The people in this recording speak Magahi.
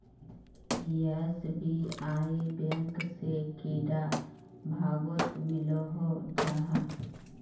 एस.बी.आई बैंक से कैडा भागोत मिलोहो जाहा?